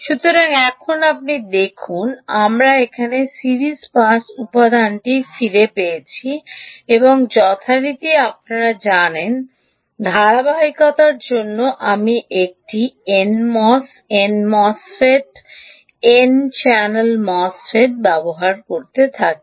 সুতরাং এখন আপনি দেখুন আমরা এখানে সিরিজ পাস উপাদানটি ফিরে পেয়েছি এবং যথারীতি আপনারা জানেন ধারাবাহিকতার জন্য আমি একটি NMOS NMOSFET N channel MOSFET ব্যবহার করতে থাকি